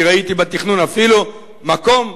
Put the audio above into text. אני ראיתי בתכנון אפילו מקום,